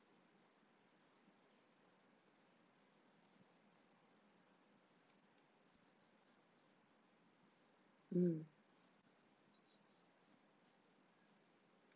mm